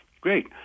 Great